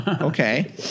Okay